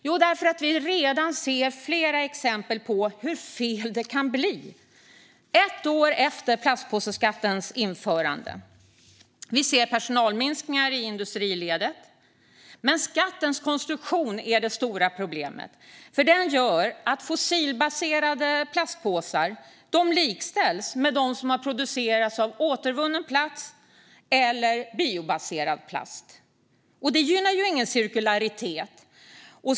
Jo, därför att vi redan ser flera exempel på hur fel det kan bli. Ett år efter plastpåseskattens införande ser vi personalminskningar i industriledet. Men skattens konstruktion är det stora problemet, för den gör att fossilbaserade plastpåsar likställs med dem som har producerats av återvunnen plast eller av biobaserad plast. Det gynnar ingen cirkularitet.